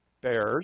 bears